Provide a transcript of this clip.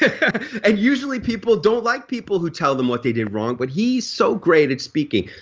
ah and usually people don't like people who tell them what they did wrong but he's so great at speaking.